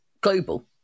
global